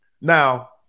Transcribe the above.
Now